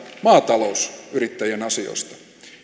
maatalousyrittäjien asioista